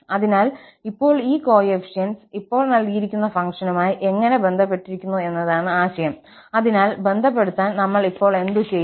അതിനാൽ ഇപ്പോൾ ഈ കോഎഫിഷ്യന്റ്സ് ഇപ്പോൾ നൽകിയിരിക്കുന്ന ഫംഗ്ഷനുമായി എങ്ങനെ ബന്ധപ്പെട്ടിരിക്കുന്നു എന്നതാണ് ആശയം അതിനാൽ ബന്ധപ്പെടുത്താൻ നമ്മൾ ഇപ്പോൾ എന്തുചെയ്യും